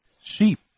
Sheep